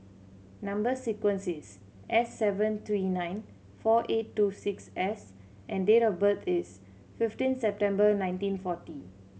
number sequence is S seven three nine four eight two six S and date of birth is fifteen September nineteen forty